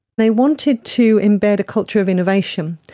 they wanted to embed a culture of innovation,